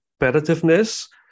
competitiveness